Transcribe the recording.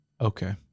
Okay